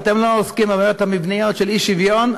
אם אתם לא עוסקים בבעיות המבניות של אי-שוויון,